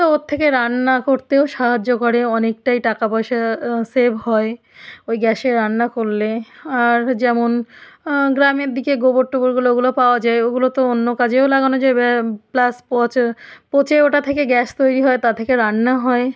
তো ওর থেকে রান্না করতেও সাহায্য করে অনেকটাই টাকা পয়সা সেভ হয় ওই গ্যাসে রান্না করলে আর যেমন গ্রামের দিকে গোবর টোবরগুলো ওগুলো পাওয়া যায় ওগুলো তো অন্য কাজেও লাগানো যায় ব্যা প্লাস পচে পচে ওটা থেকে গ্যাস তৈরি হয় তা থেকে রান্না হয়